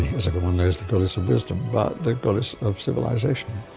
as everyone knows, the goddess of wisdom, but the goddess of civilisation. and